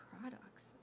products